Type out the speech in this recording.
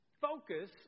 focus